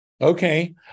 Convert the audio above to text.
Okay